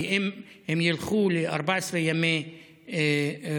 כי אם הם ילכו ל-14 ימי סגר